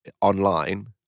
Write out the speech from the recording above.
online